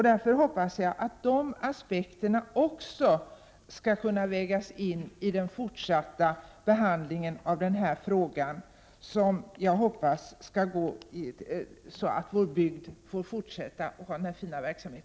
Därför hoppas jag att också dessa aspekter skall vägas in i den fortsatta behandlingen av frågan, så att vår bygd får behålla denna fina verksamhet.